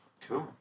cool